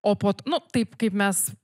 o pot nu taip kaip mes